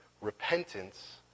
repentance